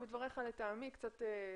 בדבריך לטעמי אתה מחזיר אותנו קצת אחורה.